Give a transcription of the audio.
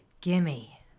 Gimme